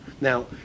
Now